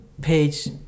Page